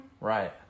right